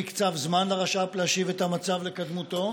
2. האם נקצב זמן לרש"פ להשיב את המצב לקדמותו?